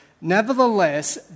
Nevertheless